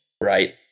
Right